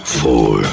four